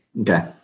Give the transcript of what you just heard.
Okay